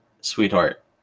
Sweetheart